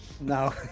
No